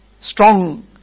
strong